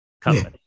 company